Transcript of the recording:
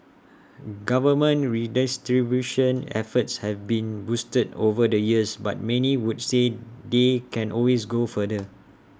government redistribution efforts have been boosted over the years but many would say they can always go further